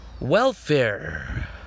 Welfare